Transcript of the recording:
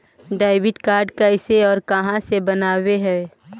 Debit card कैसे और कहां से बनाबे है?